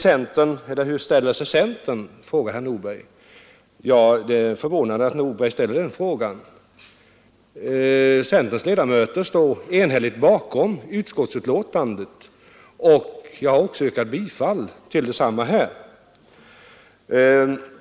Det är förvånande att herr Nordberg ställer den frågan. Centerns ledamöter står enhälligt bakom utskottsbetänkandet, och jag har även yrkat bifall till utskottets hemställan.